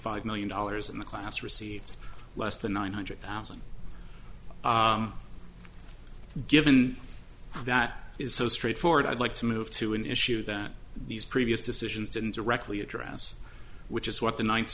five million dollars in the class received less than nine hundred thousand given that is so straightforward i'd like to move to an issue that these previous decisions didn't directly address which is what the ninth